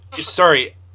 sorry